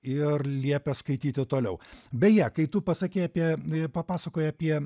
ir liepia skaityti toliau beje kai tu pasakei apie tai papasakojai apie